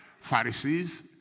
Pharisees